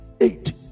eight